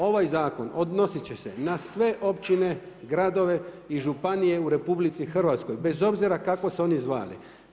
Ovaj zakon odnositi će se na sve općine, gradove i županije u RH bez obzira kako se oni zvali.